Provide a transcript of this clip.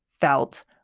felt